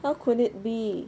how could it be